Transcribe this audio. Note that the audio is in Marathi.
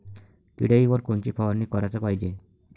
किड्याइवर कोनची फवारनी कराच पायजे?